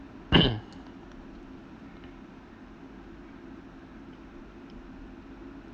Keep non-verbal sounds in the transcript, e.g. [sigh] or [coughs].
[coughs]